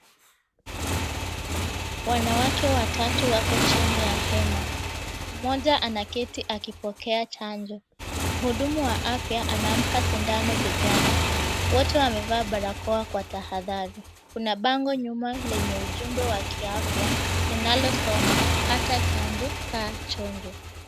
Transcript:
Wanawake watatu wako chini ya hema. Mmoja anaketi akipokea chanjo. Mhudumu wa afya anampa sindano begani. Wote wamevaa barakoa kwa tahadhari. Kuna bango nyuma lenye ujumbe wa kiafya linalosoma pata chanjo, kaa chonjo.